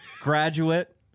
graduate